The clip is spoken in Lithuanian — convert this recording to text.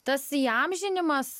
tas įamžinimas